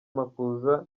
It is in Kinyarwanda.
makuza